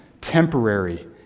temporary